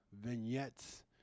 vignettes